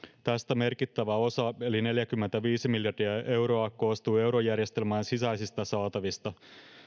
tästä merkittävä osa eli neljäkymmentäviisi miljardia euroa koostui eurojärjestelmän sisäisistä saatavista